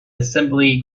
assembly